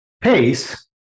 pace